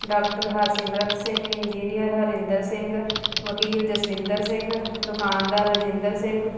doctor Harsimrat Singh engineer Harinder Singh ਵਕੀਲ ਜਸਵਿੰਦਰ ਸਿੰਘ ਦੁਕਾਨਦਾਰ ਰਜਿੰਦਰ ਸਿੰਘ